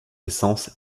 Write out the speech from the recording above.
essence